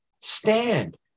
stand